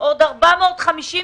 עוד 450 תקנים,